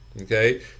Okay